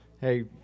hey